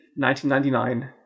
1999